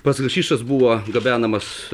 pats hašišas buvo gabenamas